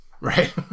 Right